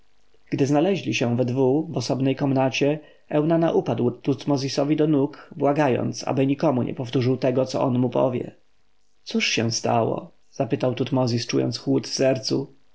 gdy znaleźli się we dwu w osobnej komnacie eunana upadł tutmozisowi do nóg błagając aby nikomu nie powtórzył tego co on mu powie cóż się stało zapytał tutmozis czując chłód w sercu